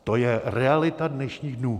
To je realita dnešních dnů.